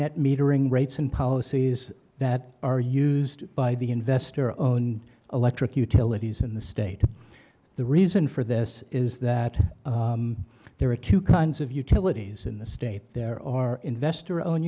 net metering rates and policies that are used by the investor owned electric utilities in the state the reason for this is that there are two kinds of utilities in the state there are investor owned